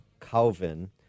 Calvin